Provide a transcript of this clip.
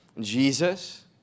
Jesus